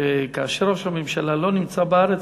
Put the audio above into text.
הוא שכאשר ראש הממשלה לא נמצא בארץ,